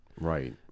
Right